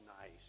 nice